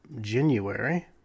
January